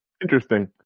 Interesting